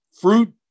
fruit